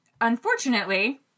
unfortunately